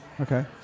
Okay